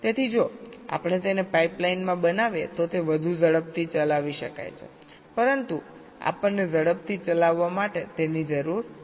તેથી જો આપણે તેને પાઇપલાઇન માં બનાવીએ તો તે વધુ ઝડપથી ચલાવી શકાય છે પરંતુ આપણને ઝડપથી ચલાવવા માટે તેની જરૂર નથી